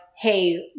hey